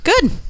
good